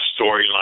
storyline